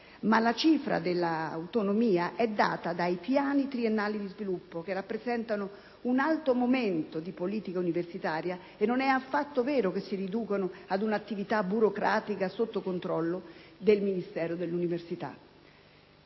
Ma la cifra dell'autonomia è data dai piani triennali di sviluppo, che rappresentano un alto momento di politica universitaria, e non è affatto vero che si riducono ad un'attività burocratica sotto il controllo del Ministero dell'università.